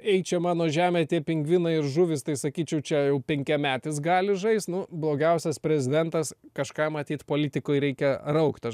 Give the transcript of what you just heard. eik čia mano žemė tie pingvinai ir žuvys tai sakyčiau čia jau penkiametis gali žaist nu blogiausias prezidentas kažką matyt politikoj reikia raukt aš